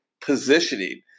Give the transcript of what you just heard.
positioning